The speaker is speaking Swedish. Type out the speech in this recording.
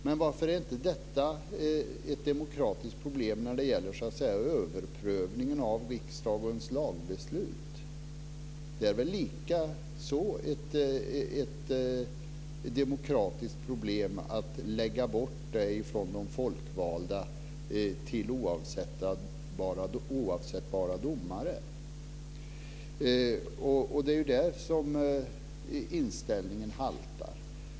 Men varför är inte detta ett demokratiskt problem när det gäller överprövningen av riksdagens lagbeslut? Det är väl också ett demokratiskt problem att ta bort den från de folkvalda och överföra den till oavsättbara domare? Det är ju där som inställningen haltar.